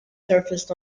surfaced